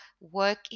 work